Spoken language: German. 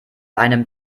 einem